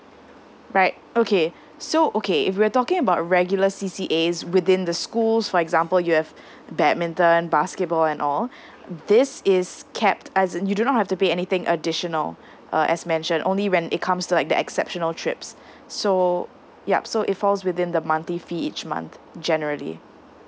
right okay so okay if we're talking about regular C_C_As within the schools for example you have badminton basketball and all this is cap as in you do not have to pay anything additional uh as mentioned only when it comes to like the exceptional trips so yup so it falls within the monthly fee each month generally